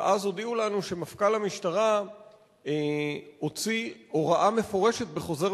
ואז הודיעו לנו שמפכ"ל המשטרה הוציא הוראה מפורשת בחוזר